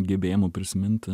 gebėjimu prisiminti